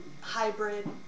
hybrid